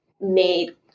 made